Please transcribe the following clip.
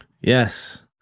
Yes